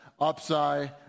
upside